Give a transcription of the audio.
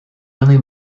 only